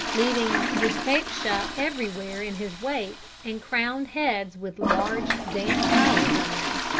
leaving dyspepsia everywhere in his wake and crowned heads with large damp towels on them.